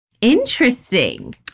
interesting